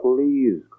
Please